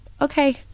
okay